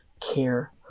care